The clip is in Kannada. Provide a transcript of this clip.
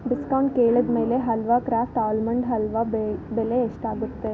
ಡಿಸ್ಕೌಂಟ್ ಕೇಳಿದ್ಮೇಲೆ ಹಲ್ವಾ ಕ್ರಾಫ್ಟ್ ಆಲ್ಮಂಡ್ ಹಲ್ವಾ ಬೆಲೆ ಎಷ್ಟಾಗತ್ತೆ